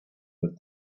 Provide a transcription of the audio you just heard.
with